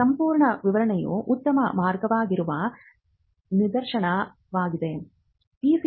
ಸಂಪೂರ್ಣ ವಿವರಣೆಯು ಉತ್ತಮ ಮಾರ್ಗವಾಗಿರುವ ನಿದರ್ಶನಗಳಿವೆ